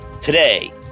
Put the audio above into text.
Today